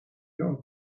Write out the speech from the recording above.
meer